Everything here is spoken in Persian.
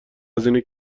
هزینه